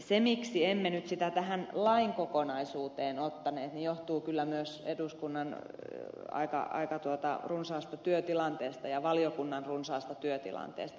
se miksi emme nyt sitä tähän lain kokonaisuuteen ottaneet johtuu kyllä myös eduskunnan aika runsaasta työtilanteesta ja valiokunnan runsaasta työtilanteesta